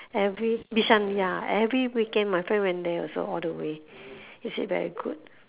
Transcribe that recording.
every bishan ya every weekend my friend went there also all the way he said very good